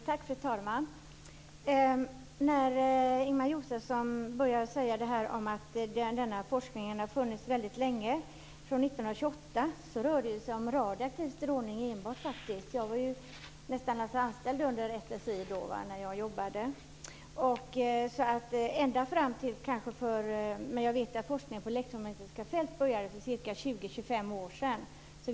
Fru talman! När Ingemar Josefsson började med att säga att den här forskningen har funnits väldigt länge, från 1928, vill jag påpeka att det faktiskt rör sig enbart om radioaktiv strålning. Jag var nästan anställd under SSI när jag jobbade. Men jag vet att forskningen på elektromagnetiska fält började för ca 20-25 år sedan.